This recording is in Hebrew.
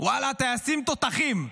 וואלה, הטייסים תותחים.